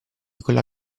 quella